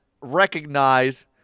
recognize